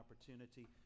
opportunity